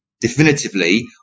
definitively